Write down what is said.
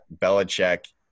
belichick